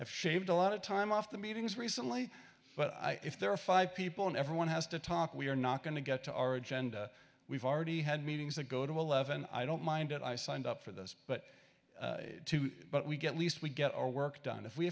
have shaved a lot of time off the meetings recently but if there are five people and everyone has to talk we are not going to get to our agenda we've already had meetings that go to eleven i don't mind it i signed up for this but but we get least we get our work done if we